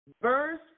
verse